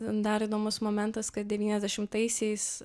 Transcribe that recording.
dar įdomus momentas kad devyniasdešimtaisiais